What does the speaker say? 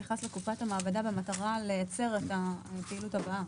נכנס לקופת המעבדה במטרה לייצר את הפעילות הבאה.